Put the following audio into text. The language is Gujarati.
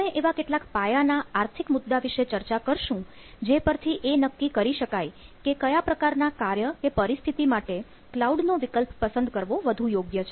આપણે એવા કેટલાક પાયાના આર્થિક મુદ્દા વિશે ચર્ચા કરશું જે પરથી એ નક્કી કરી શકાય કે કયા પ્રકારના કાર્ય કે પરિસ્થિતિ માટે ક્લાઉડ નો વિકલ્પ પસંદ કરવો વધુ યોગ્ય છે